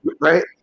right